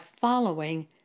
following